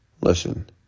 Listen